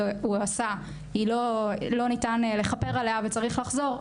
עשה לא ניתן לכפר עליה וצריך לחזור,